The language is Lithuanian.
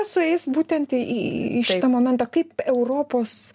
sueis būtent į į į šitą momentą kaip europos